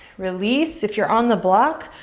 release. if you're on the block,